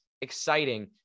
exciting